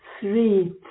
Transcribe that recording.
three